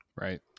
Right